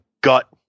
gut